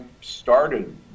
started